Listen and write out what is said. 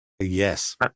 Yes